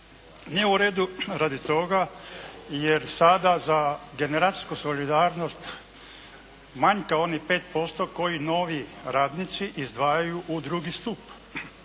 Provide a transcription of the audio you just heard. Nije u redu radi toga jer sada za generacijsku solidarnost manjka onih 5% koje novi radnici izdvajaju u 2. stup.